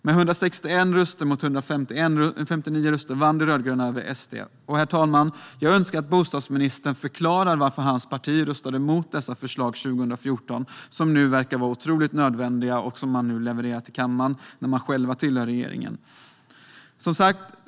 Med 161 röster mot 159 vann de rödgröna och SD. Herr talman! Jag önskar att bostadsministern förklarar varför hans parti år 2014 röstade emot dessa förslag, som nu verkar vara otroligt nödvändiga och som han levererar till kammaren nu när han själv tillhör regeringen.